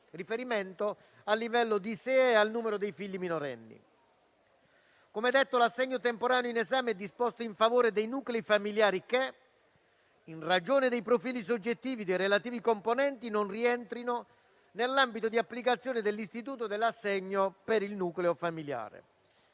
riferimento al livello di ISEE e al numero dei figli minorenni. Come detto, l'assegno temporaneo in esame è disposto in favore dei nuclei familiari che, in ragione dei profili soggettivi dei relativi componenti, non rientrino nell'ambito di applicazione dell'istituto dell'assegno per il nucleo familiare.